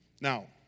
Now